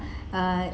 uh